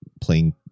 playing